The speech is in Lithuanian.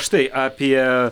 štai apie